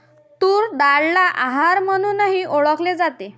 तूर डाळला अरहर म्हणूनही ओळखल जाते